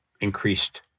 increased